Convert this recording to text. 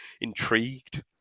intrigued